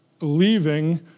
leaving